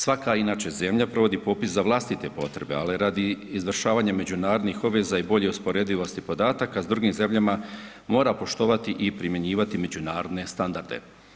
Svaka inače zemlja provodi popis za vlastite potrebe, ali radi izvršavanja međunarodnih obveza i bolje usporedivosti podataka s drugim zemljama moram poštovati i primjenjivati međunarodne standarde.